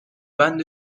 بند